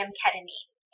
ketamine